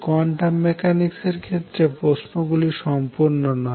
quantum mechanics এর ক্ষেত্রে প্রশ্ন গুলি সম্পূর্ণ নয়